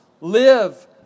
live